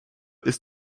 ist